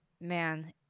man